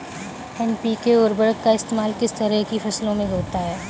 NPK उर्वरक का इस्तेमाल किस तरह की फसलों में होता है?